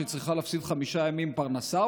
שהיא צריכה להפסיד חמישה ימים פרנסה,